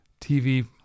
TV